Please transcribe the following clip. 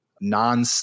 non